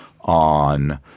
on